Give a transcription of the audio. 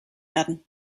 werden